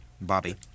bobby